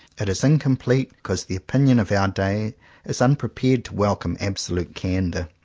it is incomplete, because the opinion of our day is unprepared to welcome absolute candor.